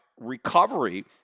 recovery